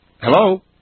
Hello